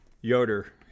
Yoder